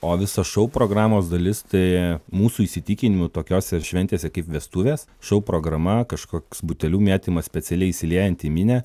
o visa šou programos dalis tai mūsų įsitikinimu tokiose ir šventėse kaip vestuvės šou programa kažkoks butelių mėtymas specialiai įsiliejant į minią